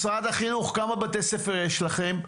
משרד החינוך כמה בתי ספר יש לכם?